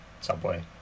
subway